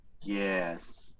Yes